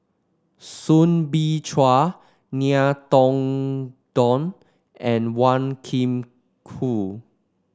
Soo Bin Chua Ngiam Tong Dow and Wan Kam Cool